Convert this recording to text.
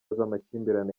z’amakimbirane